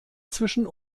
zwischen